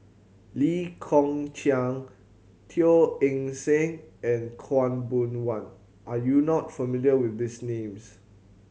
Lee Kong Chian Teo Eng Seng and Khaw Boon Wan are you not familiar with these names